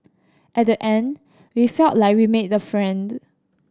at the end we felt like we made the friends